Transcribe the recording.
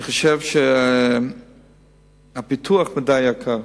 אני חושב שהפיתוח מדי יקר,